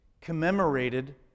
commemorated